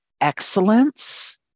excellence